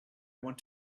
want